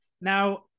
Now